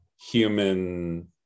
human